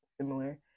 similar